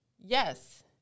Yes